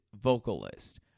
vocalist